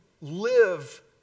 live